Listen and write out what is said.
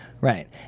Right